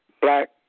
black